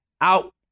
out